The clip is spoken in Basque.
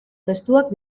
testuak